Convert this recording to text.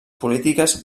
polítiques